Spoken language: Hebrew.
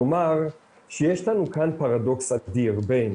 כלומר שיש לנו כאן פרדוקס אדיר בין